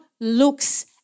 looks